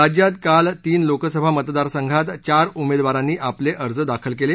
राज्यात काल तीन लोकसभा मतदार संघात चार उमेदवारांनी आपले अर्ज दाखल केले